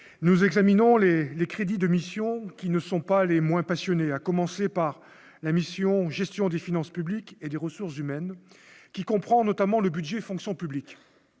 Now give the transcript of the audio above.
nous examinons-les les crédits de missions qui ne sont pas les moins passionné, à commencer par la mission gestion des finances publiques et des ressources humaines, qui comprend notamment le budget Fonction publique